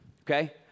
Okay